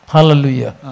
Hallelujah